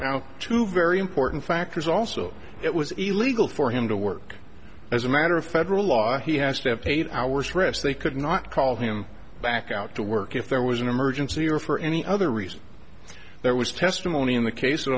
now two very important factors also it was illegal for him to work as a matter of federal law he has to have paid our stress they could not call him back out to work if there was an emergency or for any other reason there was testimony in the case